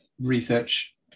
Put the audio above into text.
research